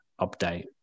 update